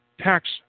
tax